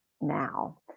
now